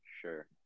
sure